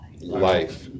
life